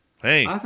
Hey